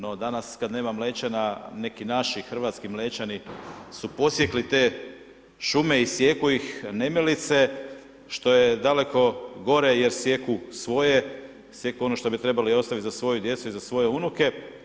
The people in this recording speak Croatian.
No danas kada nema Mlečana neki naši hrvatski Mlečani su posjekli te šume i sijeku ih nemilice što je daleko gore jer sijeku svoje, sijeku ono što bi trebali ostaviti za svoju djecu i za svoje unuke.